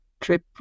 trip